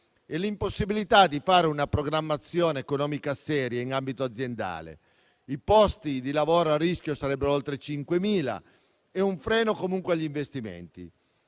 e l'impossibilità di fare una programmazione economica seria in ambito aziendale. I posti di lavoro a rischio sarebbero oltre 5.000 e ci sarebbe comunque un freno agli investimenti.